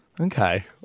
Okay